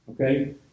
Okay